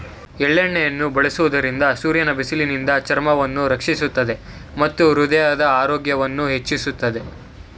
ಎಳ್ಳೆಣ್ಣೆಯನ್ನು ಬಳಸುವುದರಿಂದ ಸೂರ್ಯನ ಬಿಸಿಲಿನಿಂದ ಚರ್ಮವನ್ನು ರಕ್ಷಿಸುತ್ತದೆ ಮತ್ತು ಹೃದಯದ ಆರೋಗ್ಯವನ್ನು ಹೆಚ್ಚಿಸುತ್ತದೆ